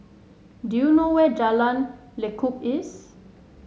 do you know where Jalan Lekub is